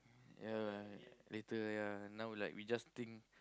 ya later ya now like we just think